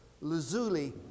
lazuli